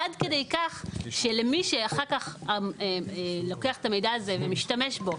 -- עד כדי כך שמי שאחר כך לוקח את המידע הזה ומשתמש בו,